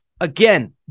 Again